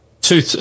two